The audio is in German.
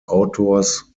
autors